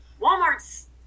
walmart's